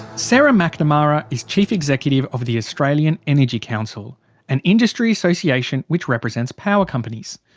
sarah mcnamara is chief executive of the australian energy council an industry association which represents power companies.